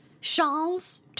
Charles